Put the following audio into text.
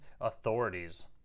authorities